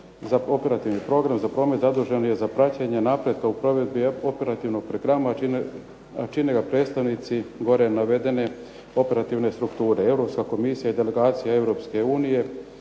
operativni program za promet zadužen je za praćenje napretka u provedbi operativnog programa, a čine ga predstavnici gore navedene operativne strukture, Europska komisija i delegacija Europske unije